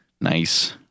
nice